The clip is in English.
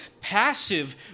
passive